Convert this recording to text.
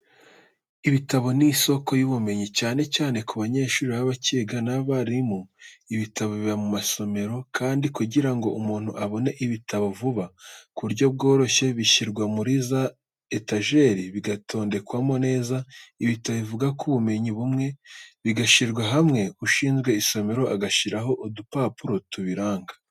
Ibitabo ni isoko y'ubumenyi, cyane cyane ku banyeshuri baba bakiga n'abarimu. Ibitabo biba mu masomero, kandi kugira ngo umuntu abone ibitabo vuba ku buryo bworoshye, bishyirwa muri za etajeri, bigatondekwamo neza, ibitabo bivuga ku bumenyi bumwe bigashyirwa hamwe, ushinzwe isomero agashyiraho udupapuro tubiranga.